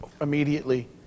immediately